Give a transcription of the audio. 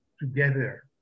together